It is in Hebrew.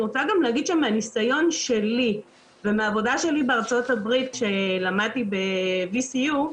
אני רוצה גם להגיד שמהנסיון שלי ומהעבודה שלי בארה"ב שלמדתי ב-BCU,